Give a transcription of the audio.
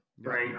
right